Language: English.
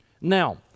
Now